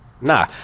Nah